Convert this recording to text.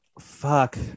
Fuck